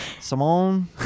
Simone